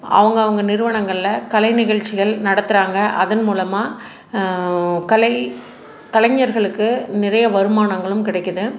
அவங்கவுங்க நிறுவனங்கள்ல கலை நிகழ்ச்சிகள் நடத்துகிறாங்க அதன் மூலமாக கலை கலைஞர்களுக்கு நிறைய வருமானங்களும் கிடைக்குது